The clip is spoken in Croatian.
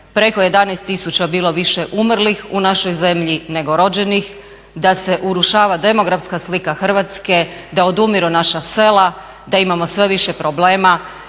preko 11 tisuća bilo više umrlih u našoj zemlji nego rođenih, da se urušava demografska slika Hrvatske, da odumiru naša sela, da imamo sve više problema,